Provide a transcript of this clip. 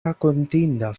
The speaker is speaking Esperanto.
rakontinda